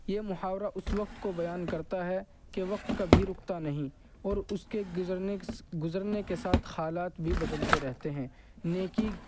یہ محاورہ اس وقت کو بیان کرتا ہے کہ وقت کبھی رکتا نہیں اور اس کے گزرنے گزرنے کے ساتھ حالات بھی بدلتے رہتے ہیں نیکی